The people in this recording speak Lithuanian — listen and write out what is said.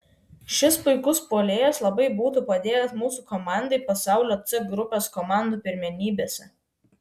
šis puikus puolėjas labai būtų padėjęs mūsų komandai pasaulio c grupės komandų pirmenybėse